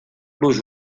los